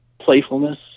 playfulness